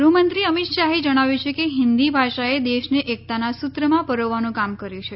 ગૃહમંત્રી અમિત શાહે જણાવ્યું છે કે હિંદી ભાષાએ દેશને એકતાના સૂત્રમાં પરોવવાનું કામ કર્યું છે